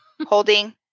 holding